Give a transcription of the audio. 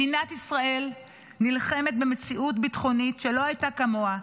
מדינת ישראל נלחמת במציאות ביטחונית שלא הייתה כמוה.